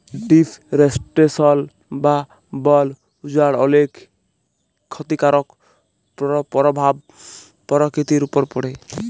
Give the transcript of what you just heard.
deforestation বা বল উজাড় অলেক খ্যতিকারক পরভাব পরকিতির উপর পড়ে